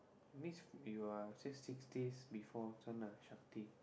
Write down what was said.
means you are just six days before Shakti